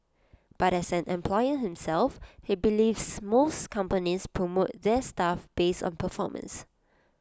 but as an employer himself he believes most companies promote their staff based on performance